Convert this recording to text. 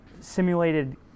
simulated